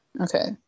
Okay